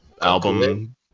album